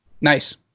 Nice